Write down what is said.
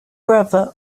brother